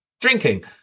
drinking